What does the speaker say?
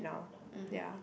mmhmm